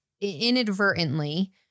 inadvertently